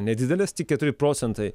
nedidelės tik keturi procentai